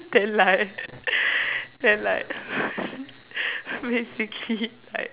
then like then like basically like